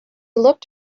looked